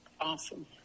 Awesome